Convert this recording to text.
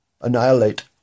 annihilate